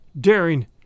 daring